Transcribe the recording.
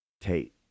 Tate